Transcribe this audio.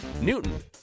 Newton